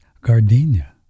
Gardenia